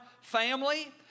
family